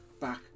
back